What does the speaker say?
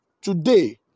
Today